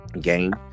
game